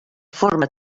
forma